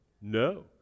No